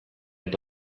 eta